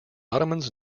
ottomans